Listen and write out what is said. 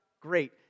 great